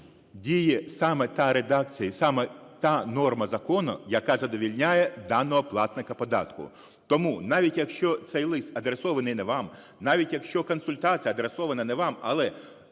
діє саме та редакція і саме та норма закону, яка задовольняє даного платника податку. Тому навіть, якщо цей лист адресований не вам, навіть якщо консультація адресована не вам, але